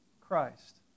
Christ